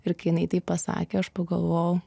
ir kai jinai taip pasakė aš pagalvojau